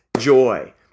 Joy